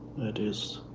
that is